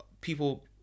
people